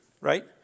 right